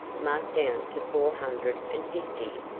marked down to four hundred and fifty,